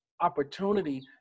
opportunity